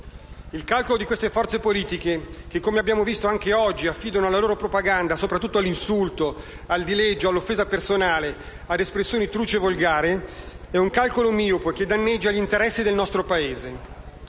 Il calcolo di queste forze politiche, che come abbiamo visto anche oggi affidano la loro propaganda soprattutto all'insulto, al dileggio, all'offesa personale, ad espressioni truci e volgari, è un calcolo miope, che danneggia gli interessi del nostro Paese.